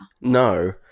No